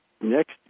next